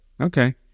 Okay